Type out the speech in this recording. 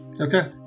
Okay